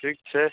ठीक छै